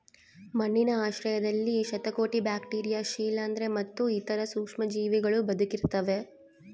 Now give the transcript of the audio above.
ಮಣ್ಣಿನ ಆಶ್ರಯದಲ್ಲಿ ಶತಕೋಟಿ ಬ್ಯಾಕ್ಟೀರಿಯಾ ಶಿಲೀಂಧ್ರ ಮತ್ತು ಇತರ ಸೂಕ್ಷ್ಮಜೀವಿಗಳೂ ಬದುಕಿರ್ತವ